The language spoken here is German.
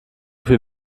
viel